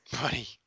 buddy